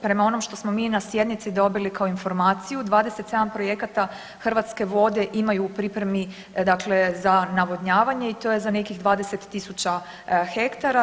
Prema onom što smo mi na sjednici dobili kao informaciju 27 projekata Hrvatske vode imaju u pripremi dakle za navodnjavanje i to je za nekih 20.000 hektara.